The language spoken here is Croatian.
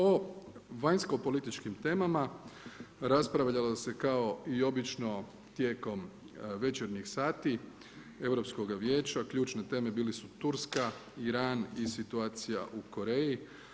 O vanjsko političkim temama raspravljalo se kao i obično tijekom večernjih sati europskoga vijeća, ključne teme bili su Turska, Iran i situacija u Koreji.